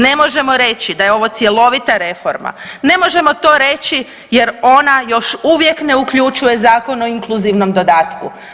Ne možemo reći daje ovo cjelovita reforma, ne možemo to reći jer ona još uvijek ne uključuje Zakon o inkluzivnom dodatku.